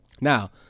Now